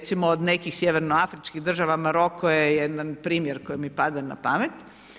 Recimo od nekih Sjevernoafričkih država Maroko je jedan primjer koji mi pada na pamet.